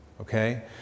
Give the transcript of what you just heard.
Okay